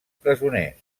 presoners